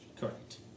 correct